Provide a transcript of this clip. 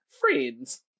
Friends